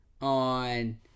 on